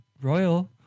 royal